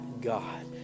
God